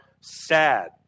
sad